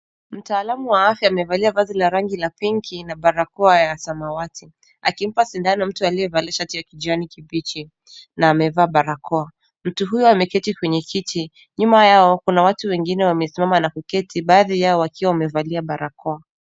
Mtaalamu wa afya amevalia vazi la rangi la pinki na barakoa ya samawati akimpa sindano mtu aliyevalia shati ya kijani kibichi na amevaa barakoa, mtu huyu ameketi kwenye kiti nyuma yao, kuna watu wengine wamesimama na kuketi baadhi yao wakiwa wamevalia barakoa.